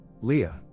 Leah